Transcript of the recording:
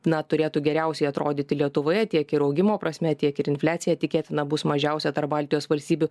na turėtų geriausiai atrodyti lietuvoje tiek ir augimo prasme tiek ir infliacija tikėtina bus mažiausia tarp baltijos valstybių